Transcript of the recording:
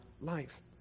life